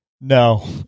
No